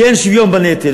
כי אין שוויון בנטל,